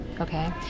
okay